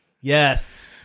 yes